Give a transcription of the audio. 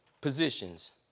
positions